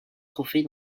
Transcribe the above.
trophée